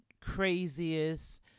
craziest